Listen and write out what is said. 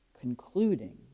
concluding